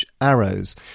arrows